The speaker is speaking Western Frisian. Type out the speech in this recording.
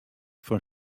fan